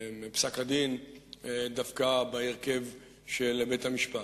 פסק-הדין דווקא בהרכב של בית-המשפט.